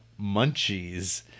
munchies